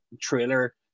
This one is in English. trailer